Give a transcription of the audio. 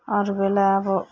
अरू बेला अब